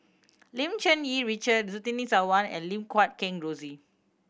Lim Cherng Yih Richard Surtini Sarwan and Lim Guat Kheng Rosie